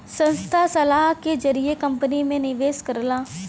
संस्था सलाह के जरिए कंपनी में निवेश करला